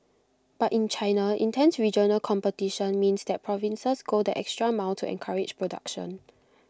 but in China intense regional competition means that provinces go the extra mile to encourage production